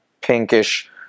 pinkish